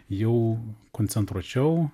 jau koncentruočiau